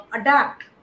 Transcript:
adapt